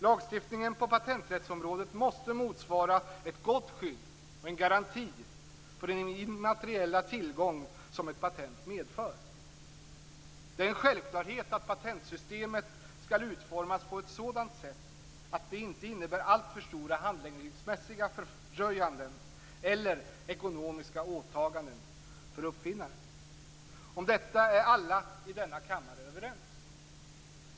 Lagstiftningen på patenträttsområdet måste motsvara ett gott skydd och en garanti för den immateriella tillgång som ett patent medför. Det är en självklarhet att patentsystemet skall utformas på ett sådant sätt att det inte innebär alltför stora handläggningsmässiga fördröjanden eller ekonomiska åtaganden för uppfinnaren. Om detta är alla i denna kammare överens.